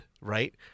right